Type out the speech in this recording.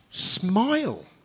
Smile